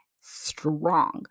strong